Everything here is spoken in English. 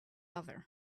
other